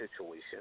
situation